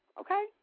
okay